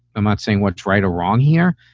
i'm not saying what's right or wrong here.